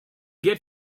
get